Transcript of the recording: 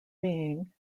being